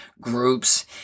groups